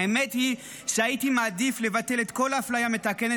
האמת היא שהייתי מעדיף לבטל את כל האפליה המתקנת